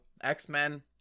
X-Men